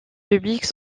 publics